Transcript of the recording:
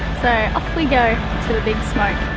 so, off we go to the big smoke!